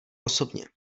osobně